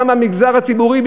גם במגזר הציבורי,